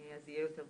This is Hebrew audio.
אז יהיה יותר פשוט.